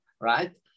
right